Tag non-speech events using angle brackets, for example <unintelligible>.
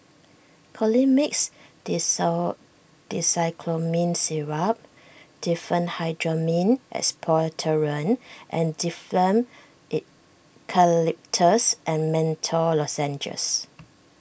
Colimix <unintelligible> Dicyclomine Syrup Diphenhydramine Expectorant and Difflam Eucalyptus and Menthol Lozenges <noise>